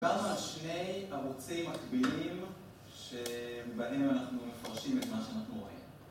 גם על שני ערוצי מקבילים, שבהם אנחנו מפרשים את מה שאנחנו רואים.